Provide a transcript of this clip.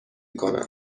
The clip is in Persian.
کنم